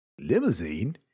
Limousine